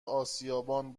اسیابان